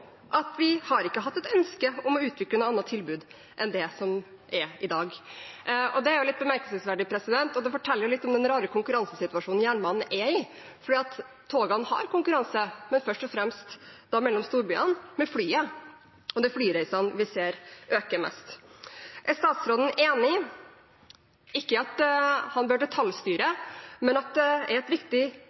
at vi har ikke hatt et ønske om å utvikle noe annet tilbud enn det som er.» Det er litt bemerkelsesverdig og forteller litt om den rare konkurransesituasjonen jernbanen er i, for togene har konkurranse – først og fremst mellom storbyene – fra fly. Det er flyreisene vi ser øker mest i omfang. Ikke at han bør detaljstyre, men er statsråden enig i at det er et viktig